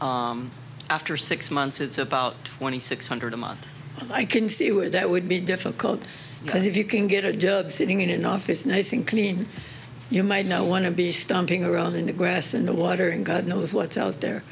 about after six months it's about twenty six hundred a month i can see where that would be difficult but if you can get a job sitting in an office nice and clean you might know want to be stomping around in the grass in the water and god knows what's out there